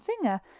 finger